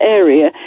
area